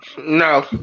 No